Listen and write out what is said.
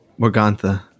Morgantha